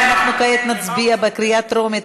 אנחנו תמיד מתואמים היטב,